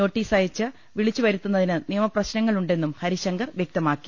നോട്ടീസയച്ച് വിളിച്ചുവരുത്തുന്നതിന് നിയമ പ്രശ്നങ്ങൾ ഉണ്ടെന്നും ഹരിശങ്കർ വ്യക്തമാക്കി